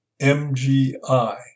MGI